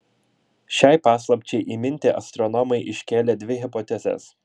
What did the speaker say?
šiai paslapčiai įminti astronomai iškėlė dvi hipotezes